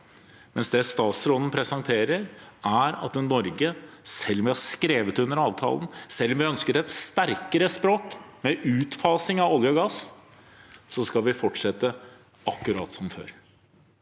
sier. Det statsråden presenterer, er at man i Norge, selv om vi har skrevet under avtalen, selv om vi ønsker et sterkere språk med utfasing av olje og gass, skal fortsette akkurat som før.